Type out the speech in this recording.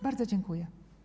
Bardzo dziękuję.